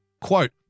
Quote